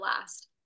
last